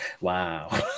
Wow